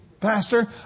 Pastor